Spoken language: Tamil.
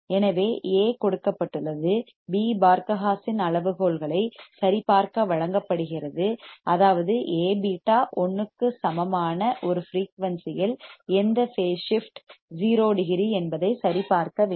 எனவே A கொடுக்கப்பட்டுள்ளது B பார்க ஹா சென் அளவுகோல்களை சரிபார்க்க வழங்கப்படுகிறது அதாவது A β 1 க்கு சமமான ஒரு ஃபிரீயூன்சி இல் எந்த பேஸ் ஸிப்ட் 0 டிகிரி என்பதை சரிபார்க்க வேண்டும்